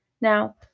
Now